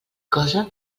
cosa